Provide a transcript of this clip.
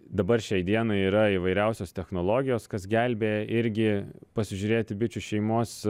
dabar šiai dienai yra įvairiausios technologijos kas gelbėja irgi pasižiūrėti bičių šeimos